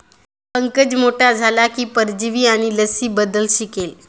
पंकज मोठा झाला की परजीवी आणि लसींबद्दल शिकेल